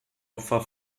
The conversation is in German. opfer